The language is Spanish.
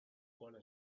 cola